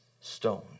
stone